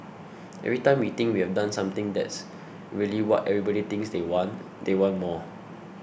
every time we think we've done something that's really what everybody thinks they want they want more